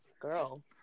Girl